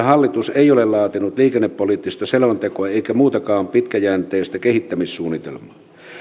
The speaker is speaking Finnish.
hallitus ei ole laatinut liikennepoliittista selontekoa eikä muutakaan pitkäjänteistä kehittämissuunnitelmaa